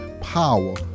power